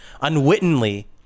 unwittingly